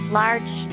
large